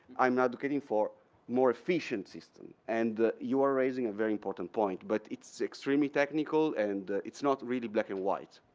i'm advocating for more efficient system. and you are raising a very important point, but it's extremely technical and it's not really black and white.